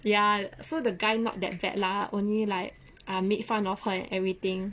ya so the guy not that bad lah only like ah made fun of her and everything